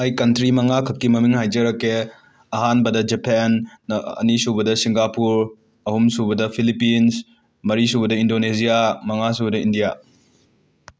ꯑꯩ ꯀꯟꯇ꯭ꯔꯤ ꯃꯉꯥꯈꯛꯀꯤ ꯃꯃꯤꯡ ꯍꯥꯏꯖꯔꯛꯀꯦ ꯑꯍꯥꯟꯕꯗ ꯖꯐꯦꯟ ꯑꯅꯤꯁꯨꯕꯗ ꯁꯤꯡꯒꯥꯄꯨꯔ ꯑꯍꯨꯝꯁꯨꯕꯗ ꯐꯤꯂꯤꯄꯤꯟꯁ ꯃꯔꯤꯁꯨꯕꯗ ꯏꯟꯗꯣꯅꯦꯖꯤꯌꯥ ꯃꯉꯥꯁꯨꯕꯗ ꯏꯟꯗ꯭ꯌꯥ